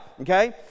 okay